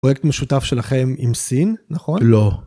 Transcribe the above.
פרויקט משותף שלכם עם סין, נכון? לא.